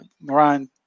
moran